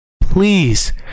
please